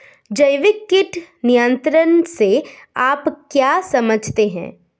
जैविक कीट नियंत्रण से आप क्या समझते हैं?